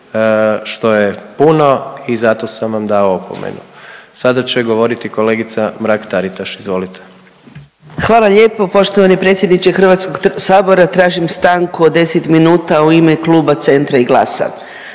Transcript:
što je puno i zato sam vam dao opomenu. Sada će govoriti kolegica Mrak-Taritaš, izvolite. **Mrak-Taritaš, Anka (GLAS)** Hvala lijepo poštovani predsjedniče Hrvatskog sabora tražim stanku od 10 minuta u ime kluba Centra i GLAS-a.